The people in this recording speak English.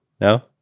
no